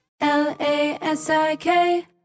L-A-S-I-K